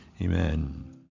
Amen